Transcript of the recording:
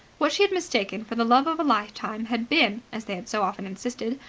what she had mistaken for the love of a lifetime had been, as they had so often insisted,